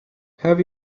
have